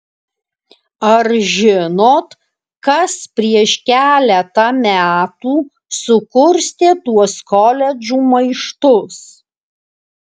ar žinot kas prieš keletą metų sukurstė tuos koledžų maištus